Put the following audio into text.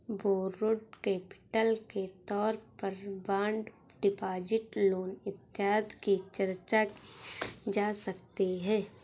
borrowed capital के तौर पर बॉन्ड डिपॉजिट लोन इत्यादि की चर्चा की जा सकती है